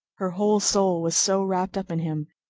her whole soul was so wrapped up in him,